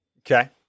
Okay